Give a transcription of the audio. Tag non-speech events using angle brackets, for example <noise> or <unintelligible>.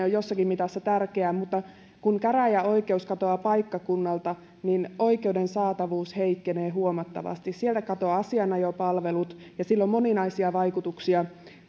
<unintelligible> on jossakin mitassa tärkeää mutta kun käräjäoikeus katoaa paikkakunnalta oikeuden saatavuus heikkenee huomattavasti sieltä katoavat asianajopalvelut ja sillä on moninaisia vaikutuksia